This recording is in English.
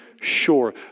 sure